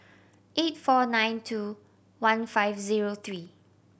eight four nine two one five zero three